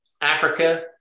Africa